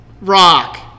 Rock